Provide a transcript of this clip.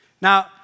Now